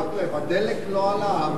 חבר הכנסת מקלב, הדלק לא עלה.